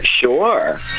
Sure